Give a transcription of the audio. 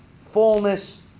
fullness